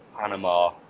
Panama